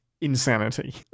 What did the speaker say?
insanity